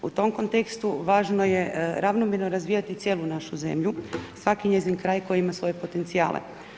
U tom kontekstu važno je ravnomjerno razvijati cijelu našu zemlju, svaki njezin kraj koji ima svoje potencijale.